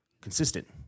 consistent